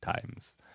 times